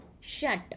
shut